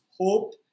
hope